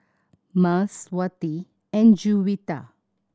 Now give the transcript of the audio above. Mas Wati and Juwita